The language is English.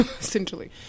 Essentially